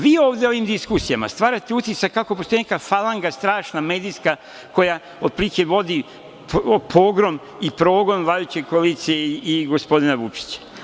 Vi ovde ovim diskusijama stvarate utisak kako postoji neka falanga, strašna, medijska koja otprilike vodi pogrom i progon vladajuće koalicije i gospodina Vučića.